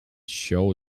show